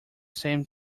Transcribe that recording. same